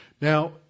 Now